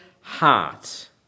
heart